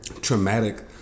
traumatic